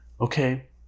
okay